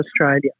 Australia